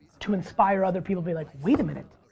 to inspire other people, be like, wait a minute,